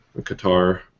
Qatar